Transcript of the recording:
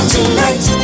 Tonight